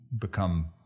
become